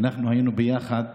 אנחנו היינו ביחד